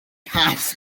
times